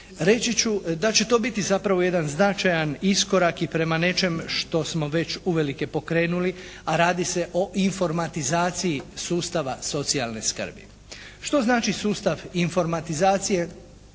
Reći ću da će to biti zapravo jedan značajan iskorak i prema nečem što smo već uvelike pokrenuli, a radi se o informatizaciji sustava socijalne skrbi. Što znači sustav informatizacije?